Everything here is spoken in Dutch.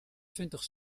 twintig